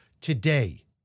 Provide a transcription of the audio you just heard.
today